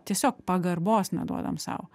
tiesiog pagarbos neduodam sau